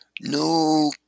no